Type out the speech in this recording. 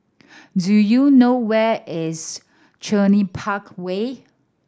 do you know where is Cluny Park Way